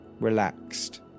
relaxed